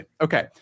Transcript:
Okay